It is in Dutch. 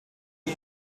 hun